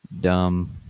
dumb